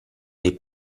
dei